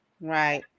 Right